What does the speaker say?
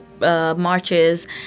Marches